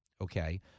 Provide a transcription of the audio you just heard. okay